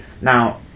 now